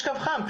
יש קו חם,